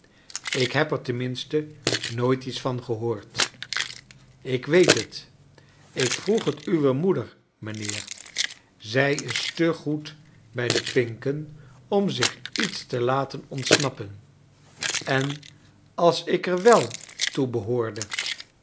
ik heb er ten minste nooit iets van gehoord ik weet het ik vroeg het uwe moeder mijnheer zij is te goed bij de pinken om zich iets te laten ontsnappen en a s ik er wel toe